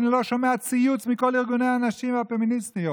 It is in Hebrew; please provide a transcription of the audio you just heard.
אני לא שומע ציוץ מכל ארגוני הנשים הפמיניסטיות.